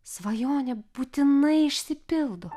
svajonė būtinai išsipildo